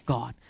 God